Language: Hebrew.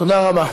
תודה רבה.